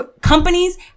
companies